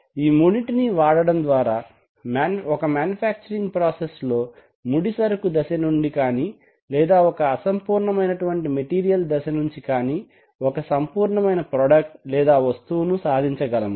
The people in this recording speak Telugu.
ఈ మూడింటినీ వాడడం ద్వారా ఒక మ్యానుఫ్యాక్చరింగ్ ప్రాసెస్ లో ముడి సరుకు దశ నుండి కానీ లేదా ఒక అసంపూర్ణ మైనటువంటి మెటీరియల్ దశ నుంచి కానీ ఒక సంపూర్ణమైన ప్రొడక్ట్ లేదా వస్తువును సాధించగలము